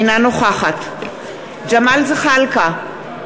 אינה נוכחת ג'מאל זחאלקה,